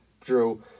Drew